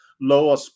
lower